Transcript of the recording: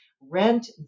rent